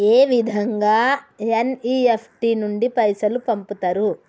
ఏ విధంగా ఎన్.ఇ.ఎఫ్.టి నుండి పైసలు పంపుతరు?